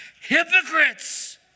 hypocrites